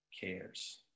cares